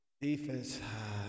Defense